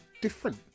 different